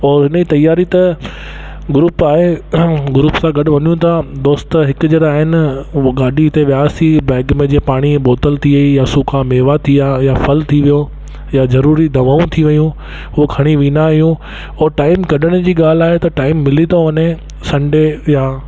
ऐं इन जी तियारी त ग्रूप आहे ग्रूप सां गॾु वञूं था दोस्त हिकु जहिड़ा आहिनि पोइ गाॾी ते वियासीं बैग में जीअं पाणीअ जी बोतल थी वई सुका मेवा थी विया या फलु थी वियो या ज़रूरी दवाऊं थी वयूं हो खणी वेंदा आहियूं ऐं टाईम कढण जी ॻाल्हि आहे त टाईम मिली थो वञे संडे या